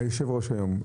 מה מצב היושב-ראש היום?